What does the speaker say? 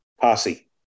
posse